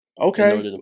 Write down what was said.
Okay